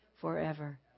forever